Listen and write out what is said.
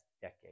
decade